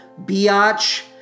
biatch